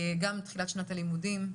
גם תחילת שנת הלימודים,